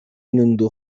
منذ